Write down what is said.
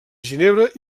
ginebra